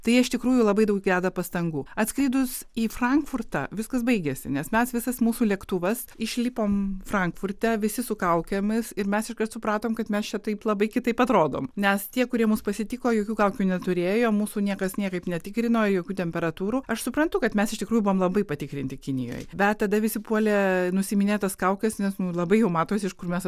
tai jie iš tikrųjų labai daug deda pastangų atskridus į frankfurtą viskas baigiasi nes mes visas mūsų lėktuvas išlipom frankfurte visi su kaukėmis ir mes iškart supratom kad mes čia taip labai kitaip atrodom nes tie kurie mus pasitiko jokių kaukių neturėjo mūsų niekas niekaip netikrino jokių temperatūrų aš suprantu kad mes iš tikrųjų buvom labai patikrinti kinijoj bet tada visi puolė nusiiminėt tas kaukes nes nu labai jau matosi iš kur mes